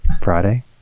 Friday